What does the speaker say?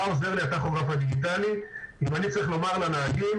מה עוזר לי הטכוגרף הדיגיטלי אם אני צריך לומר לנהגים,